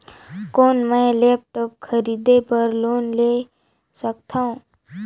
कौन मैं लेपटॉप खरीदे बर लोन ले सकथव?